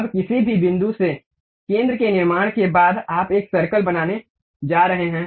अब किसी भी बिंदु से केंद्र के निर्माण के बाद आप एक सर्कल बनाने जा रहे हैं